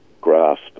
grasp